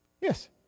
Yes